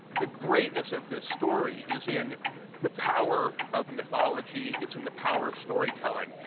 the greatness of this story is in the power of mythology, it's in the power of storytelling.